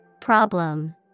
Problem